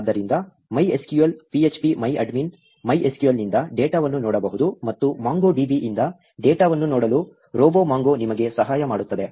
ಆದ್ದರಿಂದ MySQL phpMyAdmin MySQL ನಿಂದ ಡೇಟಾವನ್ನು ನೋಡಬಹುದು ಮತ್ತು MongoDB ಯಿಂದ ಡೇಟಾವನ್ನು ನೋಡಲು RoboMongo ನಿಮಗೆ ಸಹಾಯ ಮಾಡುತ್ತದೆ